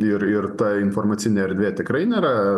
ir ir ta informacinė erdvė tikrai nėra